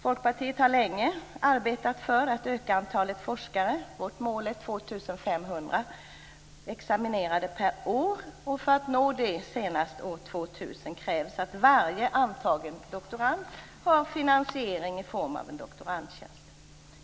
Folkpartiet har länge arbetat för att öka antalet forskare. Vårt mål är 2 500 examinerade per år. För att nå det senast år 2000 krävs att varje antagen doktorand har finansiering i form av en doktorandtjänst.